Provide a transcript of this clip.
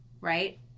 right